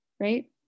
right